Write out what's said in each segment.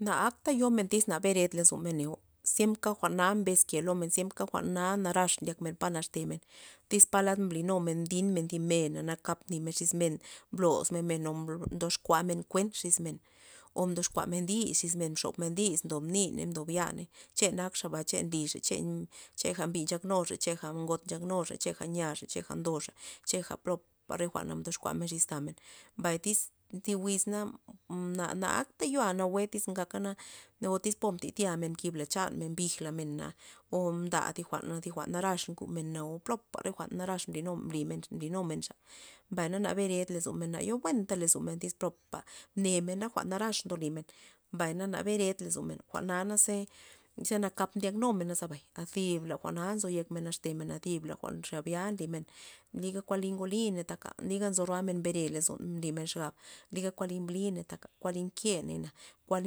Na akta yomen tyz na beret lozomen neo ziemka jwa'na mbeske lomen ziemka jwa'na narax ndyakmen pa naxtemen tyz palad mblinumen mdinmen thi men nakap ndodismen xis men men mblosmen men ndoxkuamen kuen xis men o mdoxkuamen dis xis men o mxobna dis xis men ndob niney ndob yaney che nak xaba che nlixey che cheja mbina nxaknuxa cheja xagot nchaknuxa cheja nyaxa cheja ndoxa cheja plopa re jwa'na mdoxkuamen xis tamen, mbay tyz thi wiz na- na akta yo nawue tyz ngakana o tyz po mtatya mkibla chanmen o mbijla mena o mda thi jwa'n thi jwa'n narax plopare jwa'n narax narax mblinumen xa na bered lozomen na yo buenta lozomen tyz popa mnemen jwa'n narax ndo limen mbay na bered lozomen jwa'na naze ze nakap ndyak numen zabay thi bla jwa'na nzo yek la naxtemen thi bla xabya nlymen liga chokuan kuan nly ngoliney taja liga nzo roamen men bere lozon mblimen xap liga kuanliy mbliney mkeney na kuan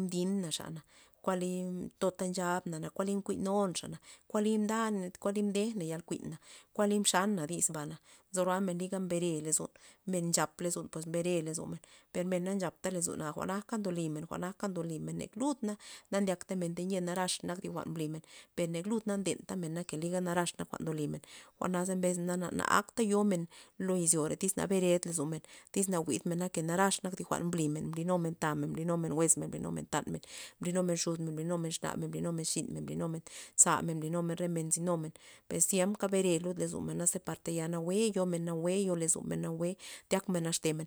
mdinaxana plota nchabna na na kuan liy mkuinun xa kuan liy mdan kuan liy mdejna yakun kuan liy mxana disba na nzo roamen liga mbere lozon men chap lozon pues mbere lozomen per men na nchapta lozon a jwa'njat ndoly men jwa'njta ndolymen na lud na ndyaktamen tayia narax jwa'n mblimen liga narax jwa'n ndolimen jwa'naza mbesna na kata yomen lo izyire tyz nabared tozomen tyz na jwi'dmena narax nak thi jwa'n mblimen- mblinumen tamen mblinumen jwe'zmen mblinumen xudmen mblinumen xnamen mblinumen xinmen mblinumen za men mblinumen re men nlinumen per ziemka bere lud lozomen naze par tayal nawue yomen mawue yo lozomen mawue tyakmen naxtemen